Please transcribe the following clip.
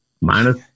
minus